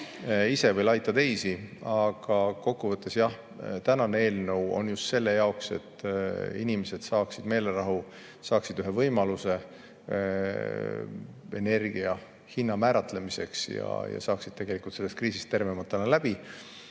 teisi laita. Aga kokkuvõttes on tänane eelnõu just selle jaoks, et inimesed saaksid meelerahu, saaksid ühe võimaluse energia hinna määramiseks ja tuleksid sellest kriisist tervemana läbi.